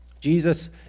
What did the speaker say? Jesus